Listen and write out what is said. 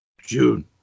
June